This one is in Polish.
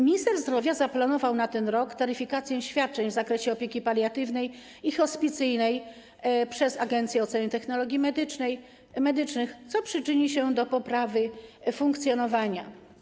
Minister zdrowia zaplanował na ten rok taryfikację świadczeń w zakresie opieki paliatywnej i hospicyjnej przez Agencję Oceny Technologii Medycznych, co przyczyni się do poprawy funkcjonowania.